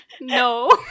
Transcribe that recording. No